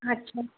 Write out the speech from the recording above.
अछा